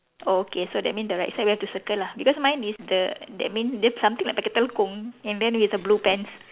oh okay so that mean the right side we have to circle lah because mine is the that mean dia something like pakai telekung and then with the blue pants